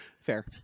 Fair